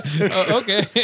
okay